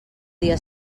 dia